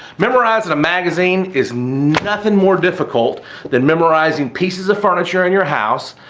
memorizing a magazine is nothing more difficult than memorizing pieces of furniture in your house,